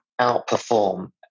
outperform